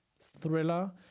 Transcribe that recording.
thriller